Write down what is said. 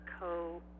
co